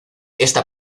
esta